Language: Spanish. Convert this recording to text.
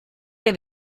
que